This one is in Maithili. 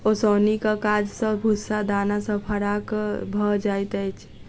ओसौनीक काज सॅ भूस्सा दाना सॅ फराक भ जाइत अछि